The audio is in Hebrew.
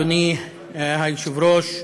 אדוני היושב-ראש,